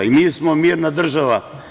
I mi smo mirna država.